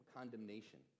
condemnation